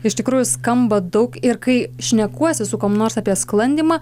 iš tikrųjų skamba daug ir kai šnekuosi su kuom nors apie sklandymą